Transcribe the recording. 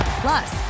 Plus